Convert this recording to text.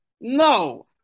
No